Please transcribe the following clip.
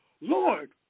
Lord